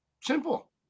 simple